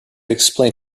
explain